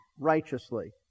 righteously